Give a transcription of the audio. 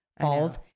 falls